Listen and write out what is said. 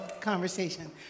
conversation